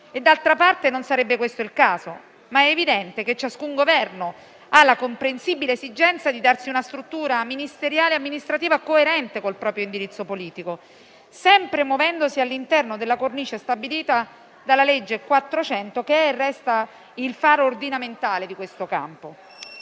e, d'altra parte, non sarebbe questo il caso. Ma è evidente che ciascun Governo ha la comprensibile esigenza di darsi una struttura ministeriale e amministrativa coerente col proprio indirizzo politico, sempre muovendosi all'interno della cornice stabilita dalla legge n. 400 del 1988, che è e resta il faro ordinamentale di questo campo.